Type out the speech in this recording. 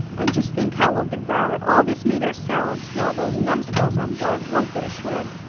and just think how we'll devour all this meat ourselves, while those numbskulls on board won't get a shred!